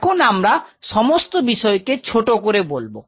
এখন আমরা সমস্ত বিষয় কে ছোট করে বলবো